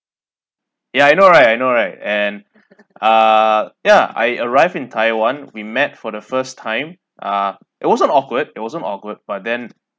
ya I know right I know right and uh yeah I arrived in taiwan we met for the first time ah it wasn't awkward it wasn't awkward but then